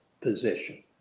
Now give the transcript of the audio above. position